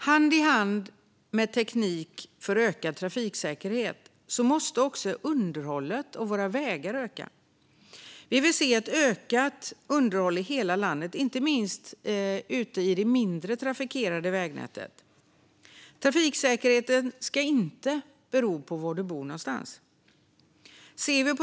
Hand i hand med teknik för ökad trafiksäkerhet måste också underhållet av våra vägar öka. Vi vill se ett ökat underhåll i hela landet, inte minst ute i det mindre trafikerade vägnätet. Trafiksäkerheten ska inte bero på var du bor.